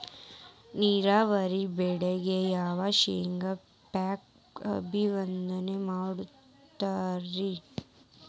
ನೇರಾವರಿ ಬೆಳೆಗಾಗಿ ಯಾವ ಶೇಂಗಾ ಪೇಕ್ ಅಭಿವೃದ್ಧಿ ಮಾಡತಾರ ರಿ?